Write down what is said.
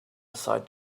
aside